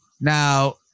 Now